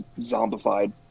zombified